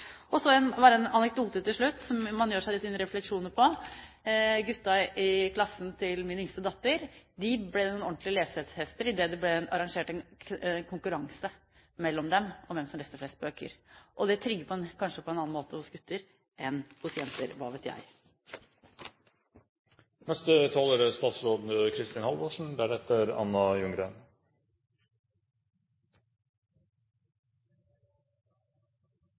en anekdote til slutt der man kan gjøre seg sine refleksjoner: Guttene i klassen til min yngste datter ble noen ordentlige lesehester da det ble arrangert en konkurranse om hvem som leste flest bøker. Det trigger kanskje gutter på en annen måte enn jenter – hva vet jeg? Jeg tror jeg har dekning for å si at litteraturen er